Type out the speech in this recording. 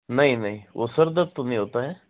नहीं नहीं वो सर दर्द तो नहीं होता है